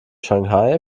shanghai